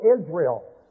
Israel